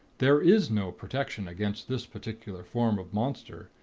there is no protection against this particular form of monster,